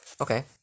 Okay